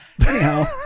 Anyhow